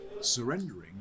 surrendering